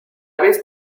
vez